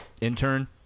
intern